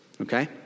Okay